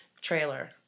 trailer